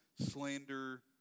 slander